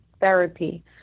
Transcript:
therapy